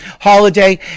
holiday